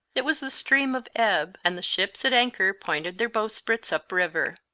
it was the stream of ebb, and the ships at anchor pointed their bowsprits up river.